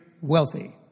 wealthy